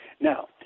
Now